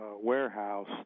warehouse